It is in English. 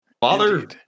father